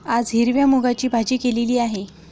आज हिरव्या मूगाची भाजी केलेली आहे